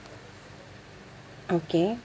okay